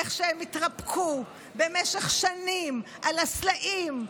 איך שהם התרפקו במשך שנים על הסלעים,